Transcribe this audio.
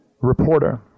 reporter